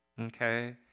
Okay